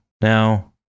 Now